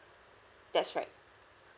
that's right